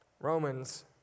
Romans